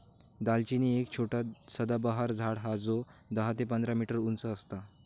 दालचिनी एक छोटा सदाबहार झाड हा जो दहा ते पंधरा मीटर उंच असता